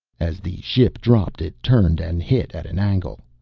as the ship dropped it turned and hit at an angle.